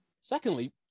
Secondly